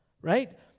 right